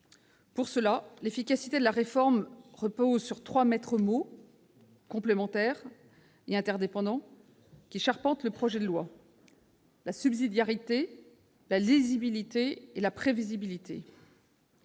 égard, l'efficacité de la réforme passe par trois maîtres mots complémentaires et interdépendants, qui charpentent le projet de loi : subsidiarité, lisibilité, prévisibilité.